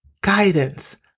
guidance